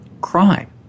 crime